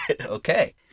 Okay